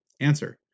Answer